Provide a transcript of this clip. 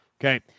okay